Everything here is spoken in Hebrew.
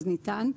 אז ניתן,